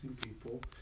people